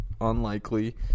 unlikely